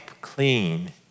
clean